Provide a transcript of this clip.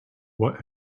what